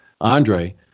Andre